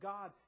God